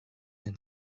and